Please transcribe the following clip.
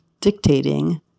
dictating